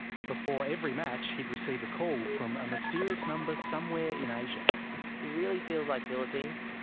before every match, he'd receive a call from a mysterious number somewhere in asia. it really feels like philippines.